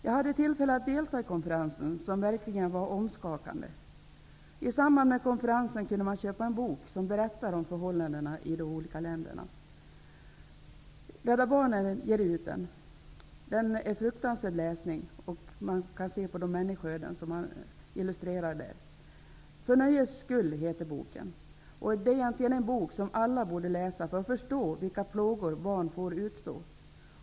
Jag hade tillfälle att delta i konferensen, som verkligen var omskakande. I samband med konferensen kunde man köpa en bok som ges ut av Rädda Barnen och som berättar om förhållandena i de olika länderna och illustrerar med olika människoöden. Det är en fruktansvärd läsning. ''För nöjes skull'' heter denna bok, som egentligen alla borde läsa för att förstå vilka plågor barn får utstå.